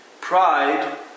Pride